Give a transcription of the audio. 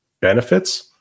benefits